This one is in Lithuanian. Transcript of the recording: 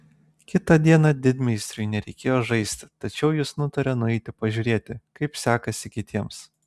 kitą dieną didmeistriui nereikėjo žaisti tačiau jis nutarė nueiti pažiūrėti kaip sekasi kitiems